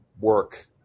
work